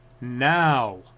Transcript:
now